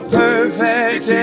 perfect